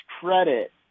Credit